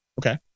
Okay